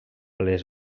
les